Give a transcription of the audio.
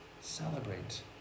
Celebrate